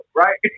right